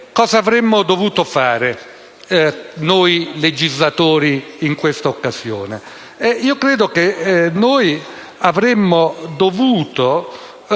cosa avremmo dovuto fare noi legislatori in questa occasione? Io credo che noi avremmo dovuto